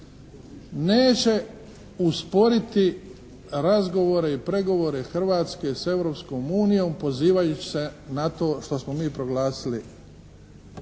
neće usporiti razgovore i pregovore Hrvatske s Europskom unijom pozivajući se na to što smo mi proglasili